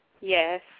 Yes